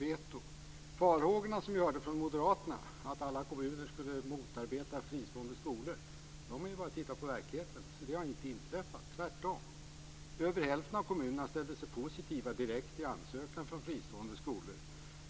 Vad gäller de farhågor som vi har hört från moderaterna för att alla kommuner skulle motarbeta fristående skolor räcker det att titta på verkligheten. Det har inte inträffat, tvärtom. Över hälften av kommunerna ställde sig direkt positiva till ansökan från fristående skolor.